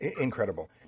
Incredible